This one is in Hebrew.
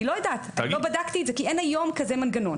אני לא בדקתי את זה כי אין היום כזה מנגנון.